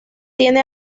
tiene